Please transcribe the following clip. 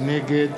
נגד